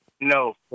No